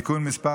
(תיקון מס'